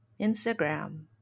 Instagram